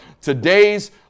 Today's